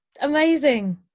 Amazing